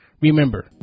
Remember